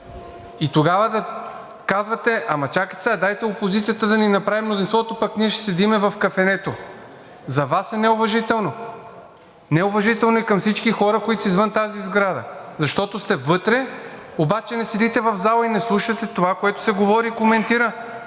и тогава да казвате – чакайте сега, дайте опозицията да ни направи мнозинството, а пък ние ще седим в кафенето. За Вас е неуважително! Неуважително е и към всички хора, които са извън тази сграда. Защото сте вътре, обаче не седите в залата и не слушате това, което се говори и коментира.